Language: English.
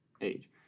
age